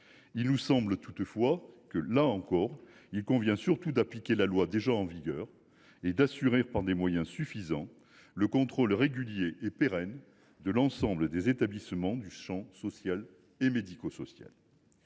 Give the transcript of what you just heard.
Il nous semble toutefois que, là encore, il convient surtout d’appliquer la loi déjà en vigueur et d’assurer par des moyens suffisants le contrôle régulier et pérenne de l’ensemble des établissements du champ social et médico social.